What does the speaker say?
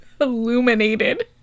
illuminated